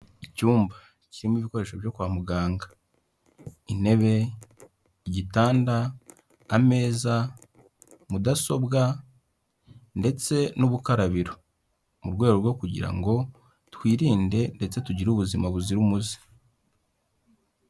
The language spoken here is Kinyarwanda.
Icyumba kirimo ibikoresho byo kwa muganga intebe, igitanda, ameza, mudasobwa ndetse n'ubukarabiro mu rwego rwo kugira ngo twirinde ndetse tugire ubuzima buzira umuze.